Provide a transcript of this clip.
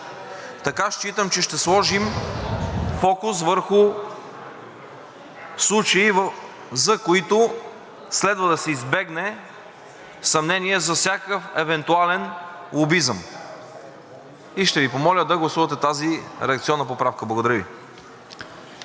Така считам, че ще сложим фокус върху случаи, за които следва да се избегне съмнение, за всякакъв евентуален лобизъм. Ще Ви помоля да гласувате тази редакционна поправка. Благодаря Ви.